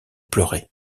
pleurait